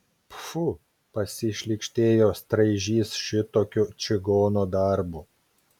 pfu pasišlykštėjo straižys šitokiu čigono darbu